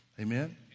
Amen